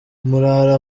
murara